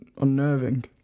unnerving